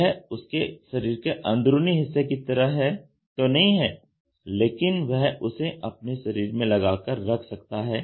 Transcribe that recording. यह उसके शरीर के अंदरूनी हिस्से की तरह तो नहीं है लेकिन वह उसे अपने शरीर में लगाकर रख सकता है